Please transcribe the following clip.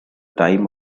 time